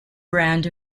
brand